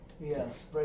Yes